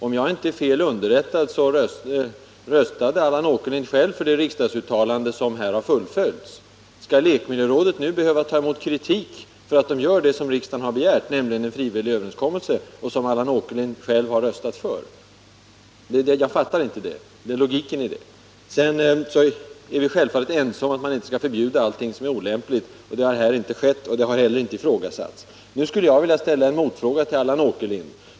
Om jag inte är fel underrättad, röstade Allan Åkerlind själv för det riksdagsuttalande som i och med denna överenskommelse har fullföljts. Skall lekmiljörådet nu behöva ta emot kritik för att det gör det som riksdagen har begärt, nämligen träffar en frivillig överenskommelse, något som Allan Åkerlind själv har röstat för? Jag fattar inte logiken i detta. Vidare är vi självfallet ense om att man inte skall förbjuda allt som är olämpligt. Det har här inte skett, och det har inte heller ifrågasatts. Jag skulle vilja ställa en motfråga till Allan Åkerlind.